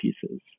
pieces